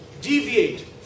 deviate